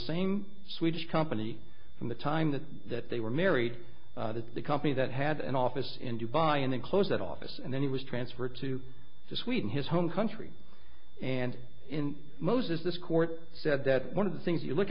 same swedish company from the time that that they were married to the company that had an office in dubai and then close that office and then he was transferred to sweden his home country and in most is this court said that one of the things you look